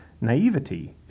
naivety